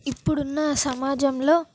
ఇప్పుడు ఉన్న సమాజంలో